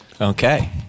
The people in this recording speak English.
Okay